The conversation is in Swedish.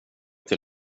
till